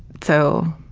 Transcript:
so,